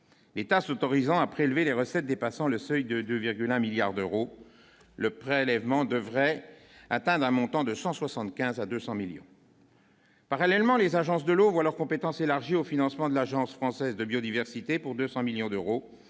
l'État, s'autorisant à prélever des recettes dépassant le seuil de 2001 1000000000 d'euros, le prélèvement devrait atteindre un montant de 175 à 200 millions. Parallèlement, les agences de l'eau voient leurs compétences élargies au financement de l'Agence française de biodiversité pour 200 millions d'euros